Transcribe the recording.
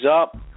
up